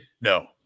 No